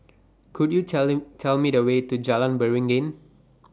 Could YOU telling Tell Me The Way to Jalan Beringin